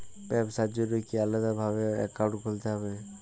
ব্যাবসার জন্য কি আলাদা ভাবে অ্যাকাউন্ট খুলতে হবে?